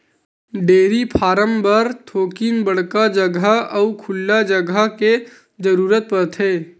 dairy farm बर थोकिन बड़का जघा अउ खुल्ला जघा के जरूरत परथे